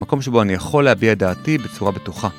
מקום שבו אני יכול להביע דעתי בצורה בטוחה.